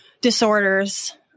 disorders